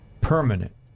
permanent